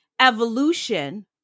evolution